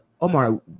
Omar